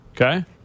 okay